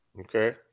Okay